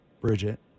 Bridget